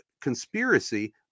conspiracy